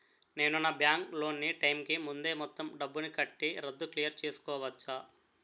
నేను నా bank loan నీ టైం కీ ముందే మొత్తం డబ్బుని కట్టి రద్దు క్లియర్ చేసుకోవచ్చా?